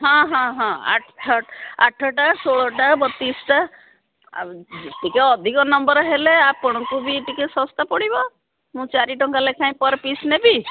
ହଁ ହଁ ହଁ ଆଠ ଆଠଟା ଷୋହଳଟା ବତିଶଟା ଆଉ ଟିକେ ଅଧିକ ନମ୍ବର ହେଲେ ଆପଣଙ୍କୁ ବି ଟିକେ ଶସ୍ତା ପଡ଼ିବ ମୁଁ ଚାରି ଟଙ୍କା ଲେଖାଏଁ ପର ପିସ୍ ନେବି